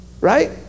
right